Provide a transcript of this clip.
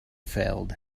failed